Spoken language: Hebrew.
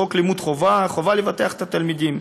בחוק לימוד חובה, חובה לבטח את התלמידים,